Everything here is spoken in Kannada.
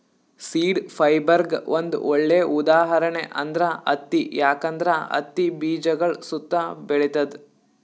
ಸೀಡ್ ಫೈಬರ್ಗ್ ಒಂದ್ ಒಳ್ಳೆ ಉದಾಹರಣೆ ಅಂದ್ರ ಹತ್ತಿ ಯಾಕಂದ್ರ ಹತ್ತಿ ಬೀಜಗಳ್ ಸುತ್ತಾ ಬೆಳಿತದ್